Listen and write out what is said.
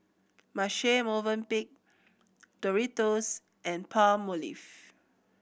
Marche Mvoenpick Doritos and Palmolive